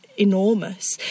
enormous